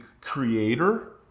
creator